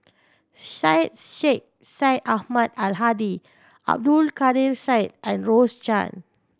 Syed Sheikh Syed Ahmad Al Hadi Abdul Kadir Syed and Rose Chan